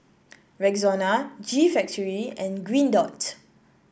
Rexona G Factory and Green Dot